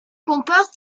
comportent